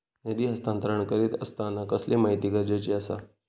निधी हस्तांतरण करीत आसताना कसली माहिती गरजेची आसा?